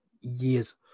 years